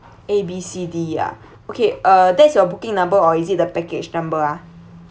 A B C D ah okay uh that's your booking number or is it the package number ah